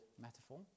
metaphor